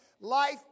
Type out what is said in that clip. Life